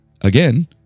Again